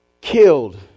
killed